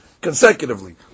consecutively